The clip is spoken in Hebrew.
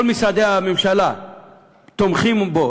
וכל משרדי הממשלה תומכים בו